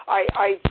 i